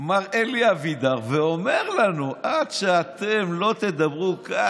בית בארץ ישראל לעם ישראל, עם שוויון זכויות לכל